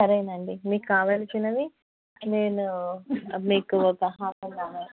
సరేనండి మీకు కావలకిినవి నేను మీకు ఒక హాఫ్ ఆన్ అవర్